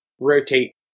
rotate